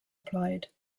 replied